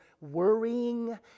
worrying